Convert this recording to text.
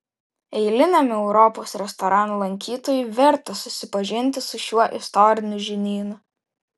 eiliniam europos restoranų lankytojui verta susipažinti su šiuo istoriniu žinynu